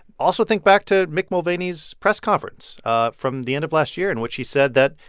also, think back to mick mulvaney's press conference from the end of last year, in which he said that,